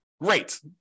great